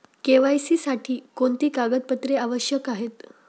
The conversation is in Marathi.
के.वाय.सी साठी कोणती कागदपत्रे आवश्यक आहेत?